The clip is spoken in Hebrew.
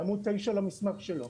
בעמוד 9 למסמך שלו.